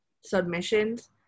submissions